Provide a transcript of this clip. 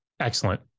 Excellent